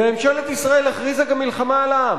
וממשלת ישראל הכריזה גם מלחמה על העם.